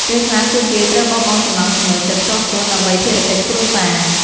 ពេលខ្លះពួកគេត្រូវបោះបង់ចំណង់ចំណូលចិត្តផ្ទាល់ខ្លួន ដើម្បីភារកិច្ចគ្រួសារ។